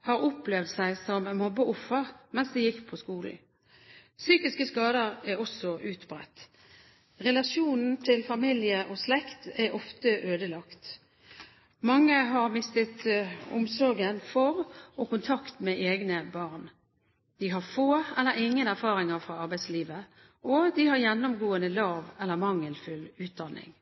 har opplevd seg selv som mobbeoffer mens de gikk på skolen. Psykiske skader er også utbredt. Relasjonen til familie og slekt er ofte ødelagt. Mange har mistet omsorgen for og kontakten med egne barn. De har få eller ingen erfaringer fra arbeidslivet, og de har gjennomgående lav eller mangelfull utdanning.